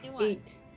eight